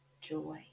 joy